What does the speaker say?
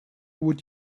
would